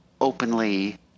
openly